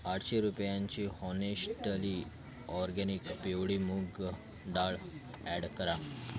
आठशे रुपयांचे honestly organic पिवळी मूगडाळ ॲड करा